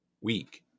week